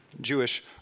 Jewish